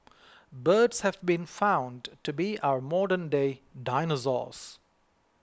birds have been found to be our modernday dinosaurs